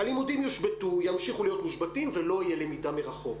הלימודים ימשיכו להיות מושבתים ולא תהיה למידה מרחוק.